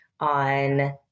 on